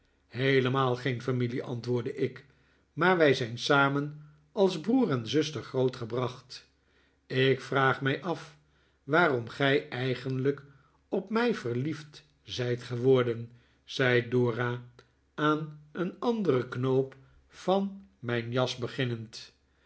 heelemaal geen familie antwoordde ik maar wij zijn samen als broer en zuster grootgebracht ik vraag mij af waarom gij eigenlijk op mij verliefd zijt geworden zei dora aan een anderen knoop van iiiijn jas beginnend